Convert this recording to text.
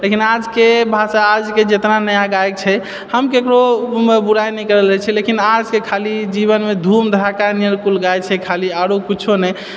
लेकिन आजके भाषा आजके जितना नया गायक छै हम केकरो बुराइ नहि करि रहल छी लेकिन आजके खाली जीवनमे धूम धड़ाका नियर कुल गाए छै खाली आरो किछु नहि